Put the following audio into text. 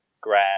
grab